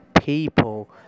people